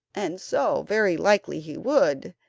and so very likely he would,